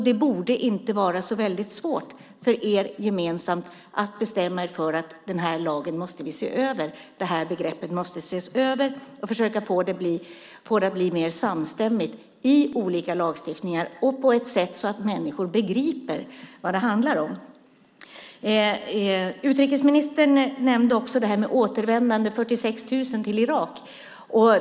Det borde inte vara så väldigt svårt för er gemensamt att bestämma er för att se över lagen och begreppet och försöka få det att bli mer samstämmigt i olika lagstiftningar och på ett sätt så att människor begriper vad det handlar om. Utrikesministern nämnde också 46 000 återvändande till Irak.